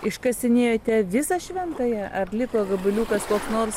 iškasinėjote visą šventąją ar liko gabaliukas koks nors